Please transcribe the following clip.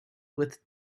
with